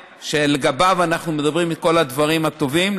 שלגביו אנחנו מדברים את כל הדברים הטובים,